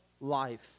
life